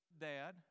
dad